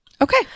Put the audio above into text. Okay